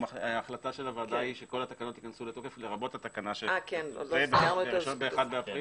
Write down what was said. ההחלטה של הוועדה היא שכל התקנות ייכנסו לתוקף לרבות התקנה ב-1 באפריל?